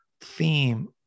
theme